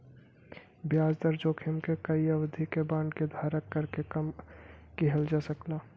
ब्याज दर जोखिम के कई अवधि के बांड के धारण करके कम किहल जा सकला